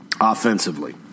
offensively